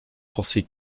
forcer